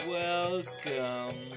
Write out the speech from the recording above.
welcome